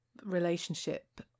relationship